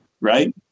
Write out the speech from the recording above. right